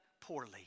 poorly